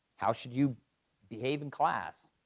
how should you behave in class?